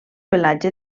pelatge